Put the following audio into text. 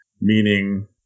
Meaning